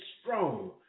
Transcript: strong